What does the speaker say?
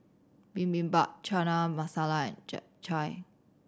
Bibimbap Chana Masala and Japchae